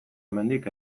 hemendik